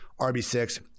rb6